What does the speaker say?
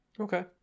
Okay